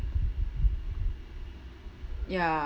ya